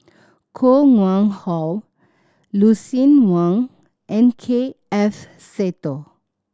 Koh Nguang How Lucien Wang and K F Seetoh